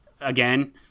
again